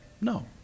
No